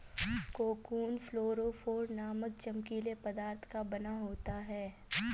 cocoon fluorophore नामक चमकीले पदार्थ का बना होता है